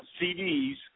CDs